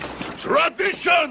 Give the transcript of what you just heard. Tradition